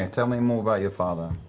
tell me more about your father.